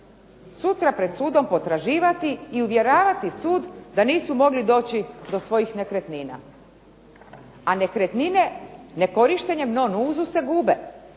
sutra pred sudom potraživati i uvjeravati sud da nisu mogli doći do svojih nekretnina. A nekretnine, ne korištenje "non uzus" se gube,